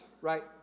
right